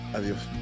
Adios